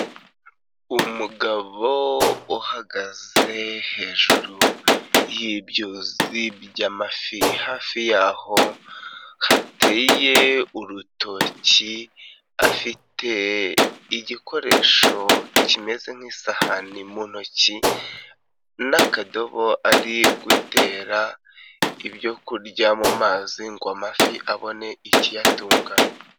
Umugabo uhagaze hejuru y'ibyuzi by'amafi hafi yaho hateye urutoki, afite igikoresho kimeze nk'isahani mu ntoki n'akadobo ari gutera ibyo kurya mu mazi ngo amafi abone ikiyatunga.